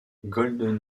golden